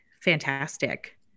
fantastic